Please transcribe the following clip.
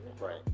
Right